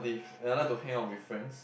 and I like to hang out with friends